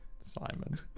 Simon